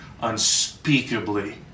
unspeakably